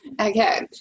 Okay